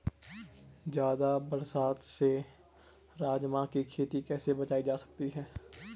ज़्यादा बरसात से राजमा की खेती कैसी बचायी जा सकती है?